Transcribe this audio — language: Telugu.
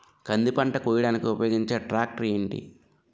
కంది పంట కోయడానికి ఉపయోగించే ట్రాక్టర్ ఏంటి?